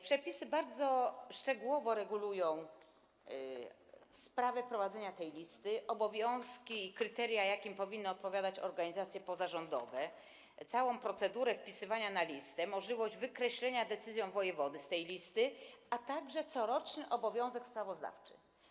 Przepisy bardzo szczegółowo regulują sprawę prowadzenia tej listy, obowiązki i kryteria, jakim powinny odpowiadać organizacje pozarządowe, całą procedurę wpisywania na listę czy wykreślenia decyzją wojewody z tej listy, a także coroczny obowiązek sprawozdawczy.